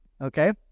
Okay